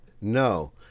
no